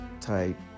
type